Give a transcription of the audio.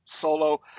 solo